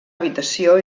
habitació